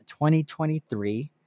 2023